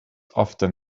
often